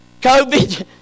COVID